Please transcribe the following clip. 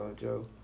Joe